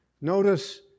Notice